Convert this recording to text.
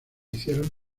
hicieron